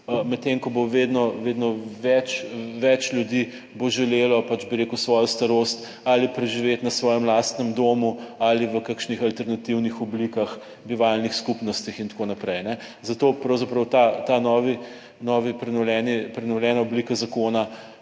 medtem ko bo vedno več ljudi bo želelo svojo starost ali preživeti na svojem lastnem domu ali v kakšnih alternativnih oblikah bivalnih skupnostih in tako naprej. Zato pravzaprav ta novi, novi, prenovljeni, prenovljena